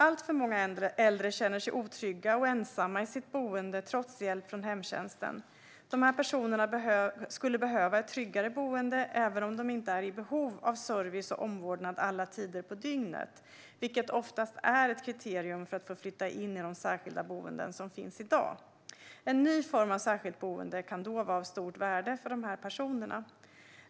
Alltför många äldre känner sig otrygga och ensamma i sitt boende trots hjälp från hemtjänsten. Dessa personer skulle behöva ett tryggare boende även om de inte är i behov av service och omvårdnad alla tider på dygnet, vilket oftast är ett kriterium för att få flytta in i de särskilda boenden som finns i dag. En ny form av särskilt boende kan då vara av stort värde för dessa personer.